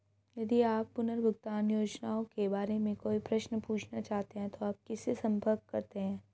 यदि आप पुनर्भुगतान योजनाओं के बारे में कोई प्रश्न पूछना चाहते हैं तो आप किससे संपर्क करते हैं?